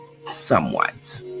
Somewhat